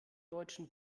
deutschen